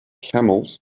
camels